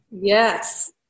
Yes